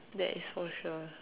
that is for sure